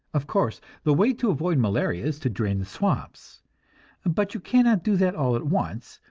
of course, the way to avoid malaria is to drain the swamps but you cannot do that all at once,